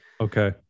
Okay